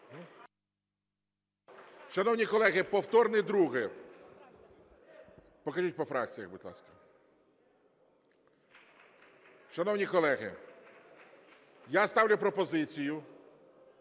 Шановні колеги, повторне друге. Покажіть по фракціях, будь ласка. Шановні колеги, я ставлю пропозицію